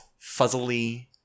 fuzzily